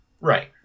Right